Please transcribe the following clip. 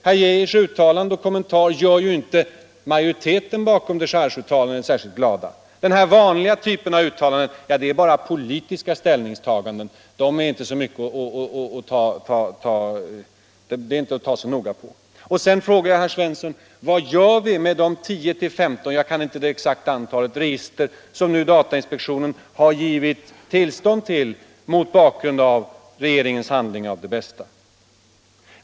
Herr Geijers kommentarer gör inte majoriteten bakom dechargeuttalandet särskilt glad. Den typen av uttalanden innebär bara politiska ställningstaganden, och dem behöver man inte ta så noga på, säger justitieministern. Vad gör vi, herr Svensson, med de 10 å 15 register — jag kan inte det exakta antalet —- som datainspektionen har givit tillstånd till mot bakgrund av regeringens behandling av Det Bästa?